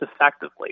effectively